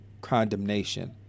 condemnation